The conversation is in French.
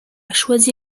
choisi